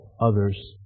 others